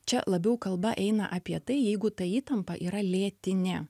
čia labiau kalba eina apie tai jeigu ta įtampa yra lėtinė